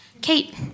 Kate